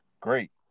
great